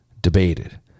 debated